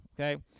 okay